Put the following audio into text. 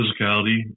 physicality